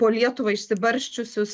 po lietuvą išsibarsčiusius